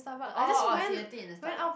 orh orh so y'all eating in the Starbucks